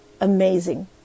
amazing